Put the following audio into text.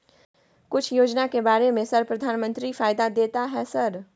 कुछ योजना के बारे में सर प्रधानमंत्री फायदा देता है सर?